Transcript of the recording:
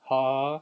和